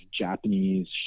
Japanese